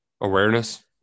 Awareness